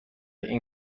این